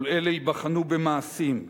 כל אלו ייבחנו במעשים,